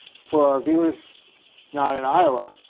for our viewers not in iowa.